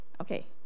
Okay